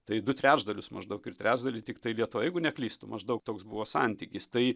tai du trečdalius maždaug ir trečdalį tiktai lietuvoj jeigu neklystu maždaug toks buvo santykis tai